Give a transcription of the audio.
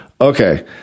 okay